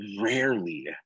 rarely